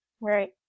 Right